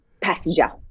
passenger